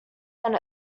then